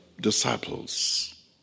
disciples